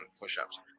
push-ups